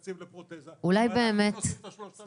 אמרתי לפרוטזיסט: אני אשלם את ה-3,000,